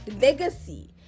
legacy